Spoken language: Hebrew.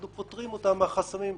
אנחנו פוטרים אותם מהחסמים.